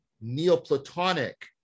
Neoplatonic